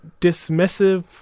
dismissive